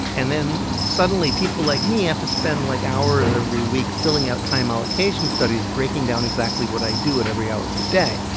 and then suddenly, people like me have to spend, like, hours every week filling out time allocation studies, breaking down exactly what i do at every hour of the day,